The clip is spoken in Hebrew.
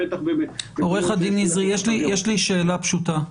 עורך הדין נזרי, יש לי שאלה פשוטה.